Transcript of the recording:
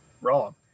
wrong